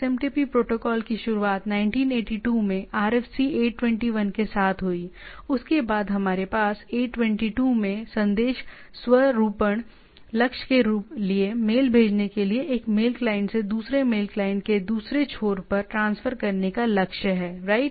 इसलिए SMTP protocol की शुरुआत 1982 में RFC 821 के साथ हुई उसके बाद हमारे पास 822 में संदेश स्वरूपण लक्ष्य के लिए मेल भेजने के लिए एक मेल क्लाइंट से दूसरे मेल क्लाइंट के दूसरे छोर पर ट्रांसफर करने का लक्ष्य है राइट